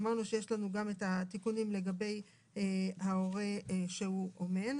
אמרנו שיש לנו גם את התיקונים לגבי ההורה שהוא אומן,